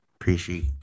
appreciate